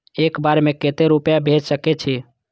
एक बार में केते रूपया भेज सके छी?